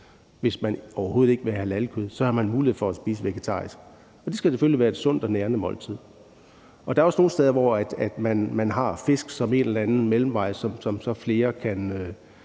hvis man overhovedet ikke vil have halalkød, mulighed for at spise vegetarisk, og det skal selvfølgelig være et sundt og nærende måltid. Der er også nogle steder, hvor man har fisk som en eller anden mellemvej, som flere så